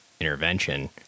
intervention